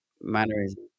mannerism